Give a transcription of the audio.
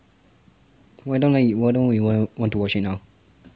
why don't like why don't you want to watch it now